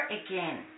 again